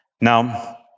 Now